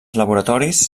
laboratoris